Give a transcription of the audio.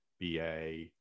BA